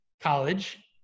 College